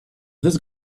this